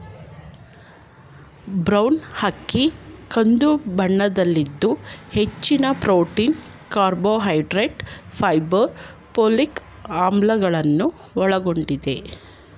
bran ಅಕ್ಕಿ ಕಂದು ಬಣ್ಣದಲ್ಲಿದ್ದು ಹೆಚ್ಚಿನ ಪ್ರೊಟೀನ್, ಕಾರ್ಬೋಹೈಡ್ರೇಟ್ಸ್, ಫೈಬರ್, ಪೋಲಿಕ್ ಆಮ್ಲಗಳನ್ನು ಒಳಗೊಂಡಿದೆ